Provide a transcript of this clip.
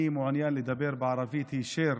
אני מעוניין לדבר בערבית היישר